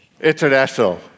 International